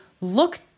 look